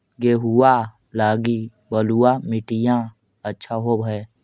गेहुआ लगी बलुआ मिट्टियां अच्छा होव हैं?